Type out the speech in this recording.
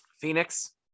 Phoenix